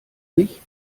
mich